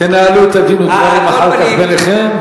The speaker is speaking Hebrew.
תנהלו את הדין ודברים אחר כך ביניכם.